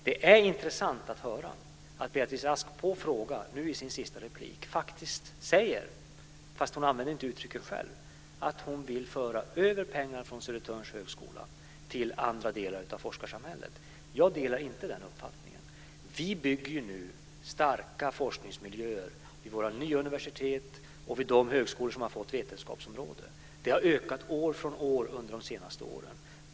Det är intressant att höra att Beatrice Ask som svar på en fråga nu i sin sista replik faktiskt säger - men hon använde inte själv det uttrycket - att hon vill föra över pengar från Södertörns högskola till andra delar av forskarsamhället. Jag delar inte den uppfattningen. Vi bygger nu starka forskningsmiljöer vid våra nya universitet och vid de högskolor som fått vetenskapsområden, och detta har ökat år för år under de senaste åren.